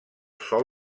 sòl